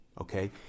okay